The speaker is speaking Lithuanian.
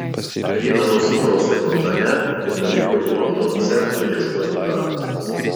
rytą nusiprausė fontane ir nuvyko į londono centrą ieškoti darbo